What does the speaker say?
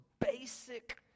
basic